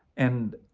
and